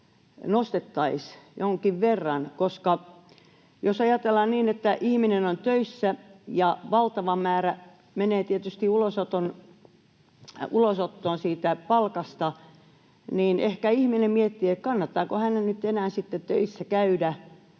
nostettaisiin jonkin verran? Jos ajatellaan, että ihminen on töissä ja valtava määrä menee tietysti ulosottoon siitä palkasta, niin ehkä ihminen miettii, kannattaako hänen nyt enää sitten töissä käydä,